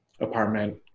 apartment